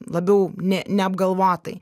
labiau ne neapgalvotai